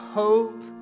hope